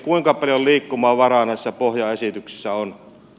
kuinka paljon liikkumavaraa näissä pohjaesityksissä on